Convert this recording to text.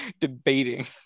debating